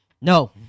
No